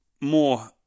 more